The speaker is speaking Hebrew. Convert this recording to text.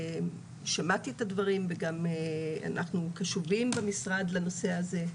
שמעתי את הדברים וגם אנחנו קשובים במשרד לנושא הזה.